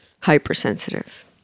hypersensitive